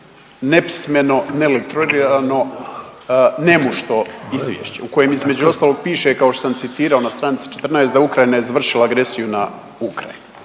nepismeno, nelektorirano, nemušto izvješće u kojem između ostalog piše, kao što sam citirao na stranici 14, da je Ukrajina izvršila agresiju na Ukrajinu.